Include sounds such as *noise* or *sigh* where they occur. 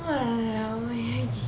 !walao! eh *noise*